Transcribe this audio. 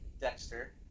Dexter